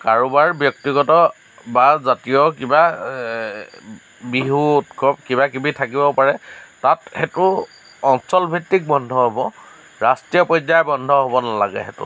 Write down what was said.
কাৰোবাৰ ব্যক্তিগত বা জাতীয় কিবা বিহু উৎসৱ কিবা কিবি থাকিব পাৰে তাত সেইটো অঞ্চলভিত্তিক বন্ধ হ'ব ৰাষ্ট্ৰীয় পৰ্য্য়ায়ত বন্ধ হ'ব নালাগে সেইটোত